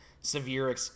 severe